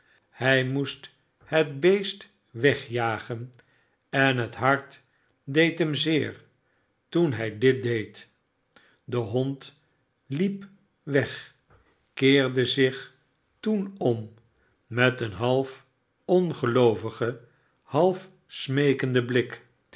hij moest het beest wegjagen en het hart deed hem zeer toen hij dit deed de hond hep weg keerde zich toen om met een half ongeloovigen half smeekenden blik